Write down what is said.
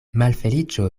malfeliĉo